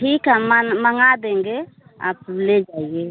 ठीक है मन मँगा देंगे आप ले जाइए